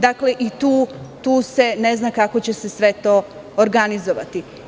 Dakle, i tu se ne zna kako će se sve to organizovati.